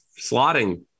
slotting